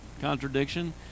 contradiction